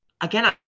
Again